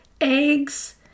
eggs